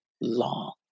long